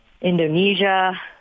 Indonesia